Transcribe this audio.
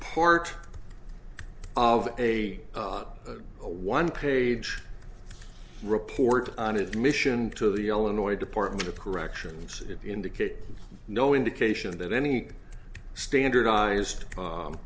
part of a a one page report on admission to the illinois department of corrections it indicated no indication that any standardized